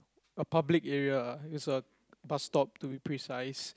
a public area is a bus stop to be precise